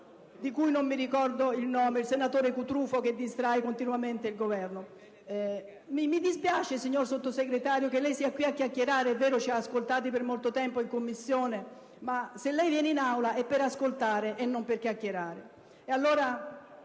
a chiacchierare con il senatore Cutrufo, che lo distrae continuamente. Mi dispiace, signor Sottosegretario, che lei sia qui a chiacchierare; è vero, ci ha ascoltato per molto tempo in Commissione, ma se lei viene in Aula è per ascoltare e non per chiacchierare.